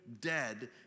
dead